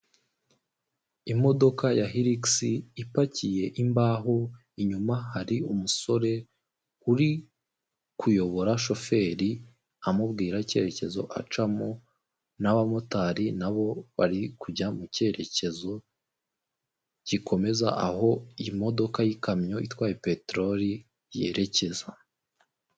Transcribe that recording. Imodoka ya hilisi ipakiye imbaho inyuma hari umusore uri kuyobora shoferi amubwira icyerekezo acamo n'abamotari nabo bari kujya mu cyerekezo gikomeza aho imodoka y'ikamyo itwaye peteroli yerekeza.